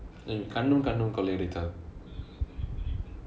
கண்ணும் கண்ணும் கொள்ளையடித்தால்:kannum kannum kollaiyadithaal